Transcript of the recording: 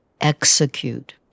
Execute